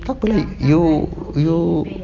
takpe lah you you